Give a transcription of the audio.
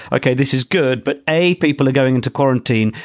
okay this is good. but a, people are going into quarantine.